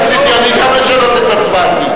רציתי גם אני לשנות את הצבעתי.